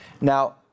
Now